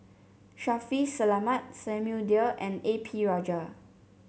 Shaffiq Selamat Samuel Dyer and A P Rajah